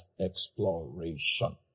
exploration